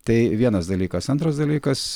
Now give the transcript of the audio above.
tai vienas dalykas antras dalykas